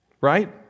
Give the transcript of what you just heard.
right